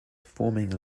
forming